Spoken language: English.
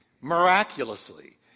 miraculously